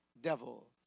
devil